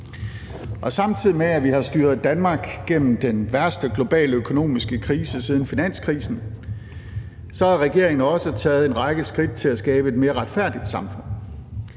Samtidig med at vi har styret Danmark igennem den værste globale økonomiske krise siden finanskrisen, har regeringen også taget en række skridt til at skabe et mere retfærdigt samfund.